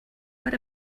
what